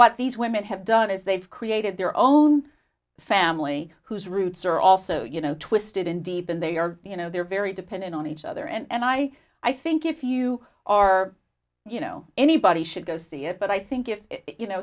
what these women have done is they've created their own family whose roots are also you know twisted and deep and they are you know they're very dependent on each other and i i think if you are you know anybody should go see it but i think if you know